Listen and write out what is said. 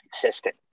consistent